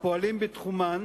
הפועלים בתחומן,